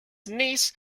niece